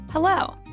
Hello